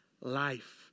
life